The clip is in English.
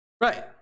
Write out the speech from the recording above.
Right